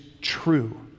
true